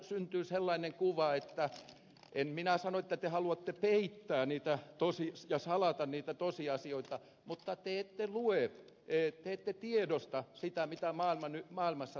syntyy aivan sellainen kuva en minä sano että te haluatte peittää ja salata niitä tosiasioita mutta te ette lue te ette tiedosta sitä mitä maailmassa tapahtuu